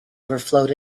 overflowed